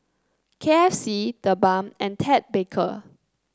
K F C TheBalm and Ted Baker